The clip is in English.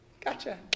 Gotcha